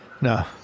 No